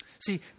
See